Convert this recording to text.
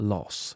Loss